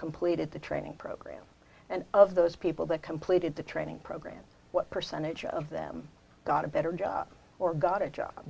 completed the training program and of those people that completed the training program what percentage of them got a better job or got a job